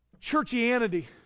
churchianity